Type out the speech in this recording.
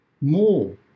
more